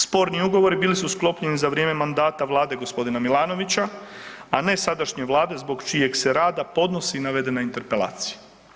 Sporni ugovori bili su sklopljeni za vrijeme mandata vlade g. Milanovića, a ne sadašnje vlade zbog čijeg se rada podnosi navedena interpelacija.